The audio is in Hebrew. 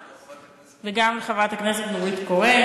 וגם חברת הכנסת נורית קורן,